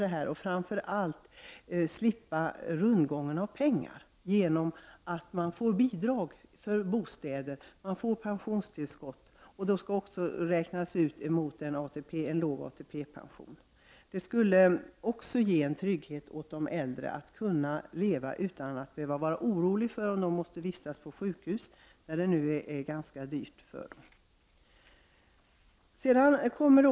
Framför allt skulle man kunna slippa rundgången av pengar genom att människor får bidrag till bostäder och pensionstillskott. Denna grundpension skulle kunna räknas ut på sådant sätt att den innebär en låg ATP-pension. Det skulle ge trygghet för de äldre att leva utan att behöva vara oroliga för vad som skall hända om de måste vistas på sjukhus, vilket nu är ganska dyrt för dem.